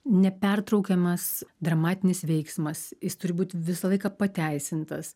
nepertraukiamas dramatinis veiksmas jis turi būt visą laiką pateisintas